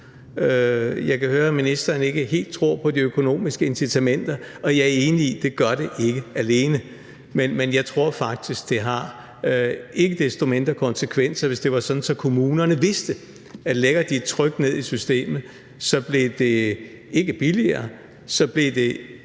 Jeg kan høre, at ministeren ikke helt tror på de økonomiske incitamenter, og jeg er enig i, at det ikke alene kan gøre det, men jeg tror ikke desto mindre, at det ville have en effekt, hvis det var sådan, at kommunerne vidste, at hvis de lagde et tryk ned i systemet, så blev det ikke billigere, men i